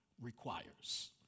Requires